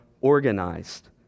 organized